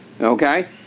okay